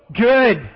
Good